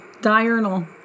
diurnal